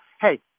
hey